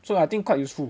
so I think quite useful